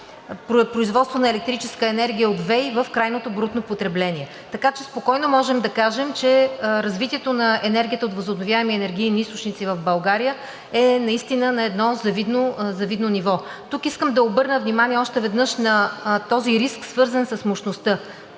производство на електроенергия от ВЕИ в крайното брутно потребление. Така че спокойно можем да кажем, че развитието на енергията от възобновяеми енергийни източници в България е наистина на едно завидно ниво. Тук искам да обърна внимание още веднъж на този риск, свързан с мощността.